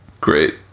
Great